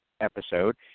episode